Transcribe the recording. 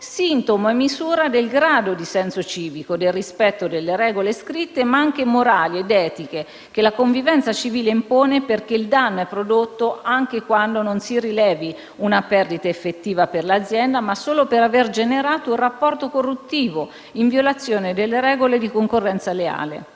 sintomo e misura del grado di senso civico, del rispetto delle regole scritte ma anche morali ed etiche che la convivenza civile impone perché il danno è prodotto anche quando non si rilevi una perdita effettiva per l'azienda, ma solo per aver generato un rapporto corruttivo in violazione delle regole di concorrenza leale.